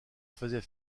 faisait